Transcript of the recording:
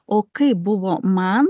o kaip buvo man